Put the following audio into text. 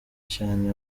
cyane